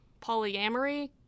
polyamory